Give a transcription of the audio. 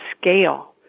scale